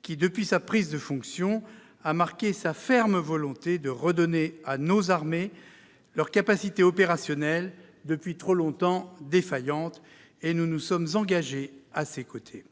qui, depuis sa prise de fonction, a marqué sa ferme volonté de redonner à nos armées leurs capacités opérationnelles depuis trop longtemps défaillantes. Nous nous sommes engagés à ses côtés.